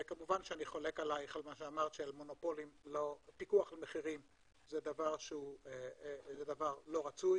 וכמובן שאני חולק עליך פיקוח על מחירים זה דבר לא רצוי.